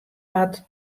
wat